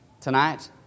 Tonight